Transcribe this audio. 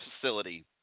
facility